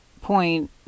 point